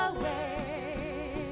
away